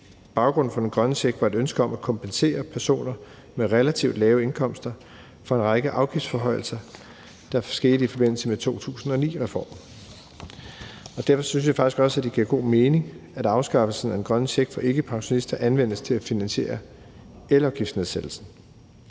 Baggrunden for den grønne check var et ønske om at kompensere personer med relativt lave indkomster for en række afgiftsforhøjelser, der skete i forbindelse med 2009-reformen. Derfor synes jeg faktisk også, det giver god mening, at afskaffelsen af den grønne check for ikkepensionister anvendes til at finansiere elafgiftsnedsættelsen.